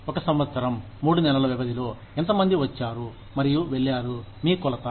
ఒక సంవత్సరం మూడు నెలల వ్యవధిలో ఎంతమంది వచ్చారు మరియు వెళ్లారు మీ కొలత